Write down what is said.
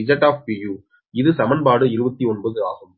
I Z இது சமன்பாடு 29 ஆகும்